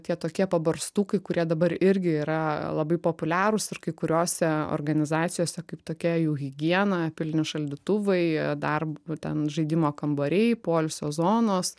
tie tokie pabarstukai kurie dabar irgi yra labai populiarūs ir kai kuriose organizacijose kaip tokia jų higiena pilni šaldytuvai dar ten žaidimo kambariai poilsio zonos